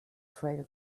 frail